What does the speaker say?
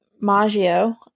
Maggio